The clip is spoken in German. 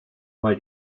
weil